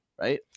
right